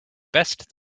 best